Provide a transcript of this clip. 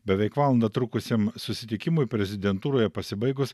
beveik valandą trukusiam susitikimui prezidentūroje pasibaigus